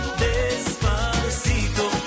despacito